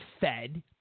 fed